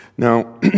Now